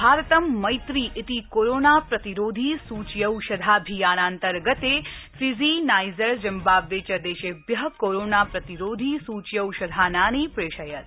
भारतं मैत्री इति कोरोनाप्रतिरोधी सूच्यौषधाभियानान्तर्गते फिजी नाइजर जिम्बाब्वे च देशेभ्य कोरोनाप्रतिरोधी सूच्यौषधानानि प्रेषयत्